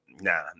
Nah